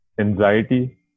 anxiety